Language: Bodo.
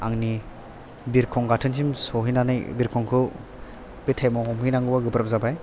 आंनि बिरखं गाथोनसिम सहैनानै बिरखंखौ बे टाइमाव हमहैनांगौआ गोब्राब जाबाय